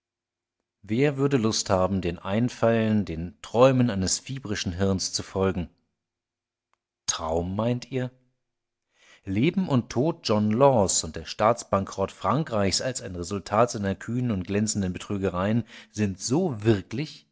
wer würde lust haben den einfallen den träumen eines fieberischen hirns zu folgen traum meint ihr leben und tod john laws und der staatsbankerott frankreichs als ein resultat seiner kühnen und glänzenden betrügereien sind so wirklich